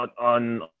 on